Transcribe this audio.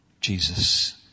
Jesus